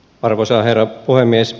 arvoisa herra puhemies